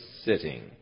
sitting